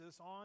on